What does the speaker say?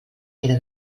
era